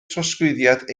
trosglwyddiad